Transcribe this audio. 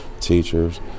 teachers